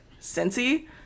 Cincy